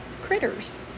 critters